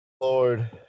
Lord